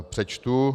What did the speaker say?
Přečtu: